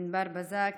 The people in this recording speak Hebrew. ענבר בזק,